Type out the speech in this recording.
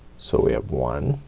so we have one,